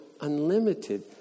unlimited